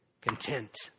content